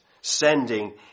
sending